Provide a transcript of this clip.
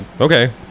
okay